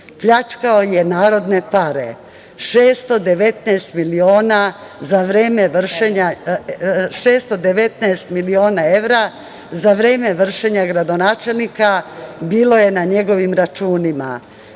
Pljačkao je narodne pare, 619 miliona evra za vreme vršenja gradonačelnika bilo je na njegovim računima.